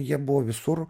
jie buvo visur